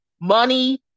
money